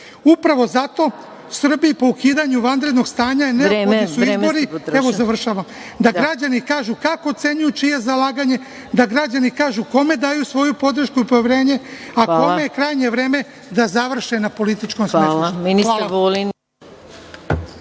zato, Srbiji po ukidanju vanrednog stanja neophodni su izbori, da građani kažu kako ocenjuju čije zalaganje, da građani kažu kome daju svoju podršku i poverenje, a kome je krajnje vreme da završe na političkom smetlištu.